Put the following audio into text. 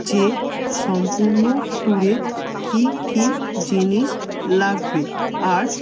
যে সম্পূর্ণ ট্যুরে কী কী জিনিস লাগবে আর